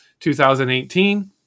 2018